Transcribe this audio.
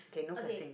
okay